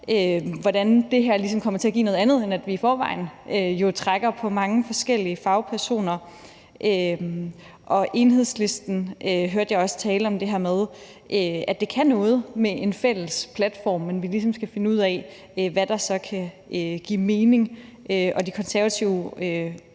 hvordan det her ligesom kommer til at give noget andet, i forhold til at vi jo i forvejen trækker på mange forskellige fagpersoner. Enhedslisten hørte jeg også tale om det her med, at det kan noget at have en fælles platform, men at vi ligesom skal finde ud af, hvad der så kan give mening. De Konservative